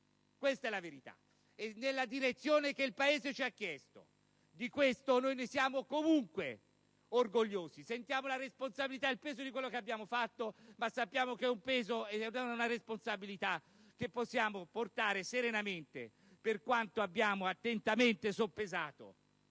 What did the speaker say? questa è la verità - nella direzione che il Paese ci ha chiesto. Di questo noi siamo comunque orgogliosi; sentiamo la responsabilità e il peso di quello che abbiamo fatto, ma sappiamo che sono un peso e una responsabilità che possiamo portare serenamente per quanto abbiamo attentamente soppesato